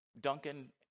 Duncan